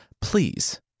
Please